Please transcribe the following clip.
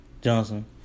Johnson